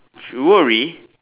jewelry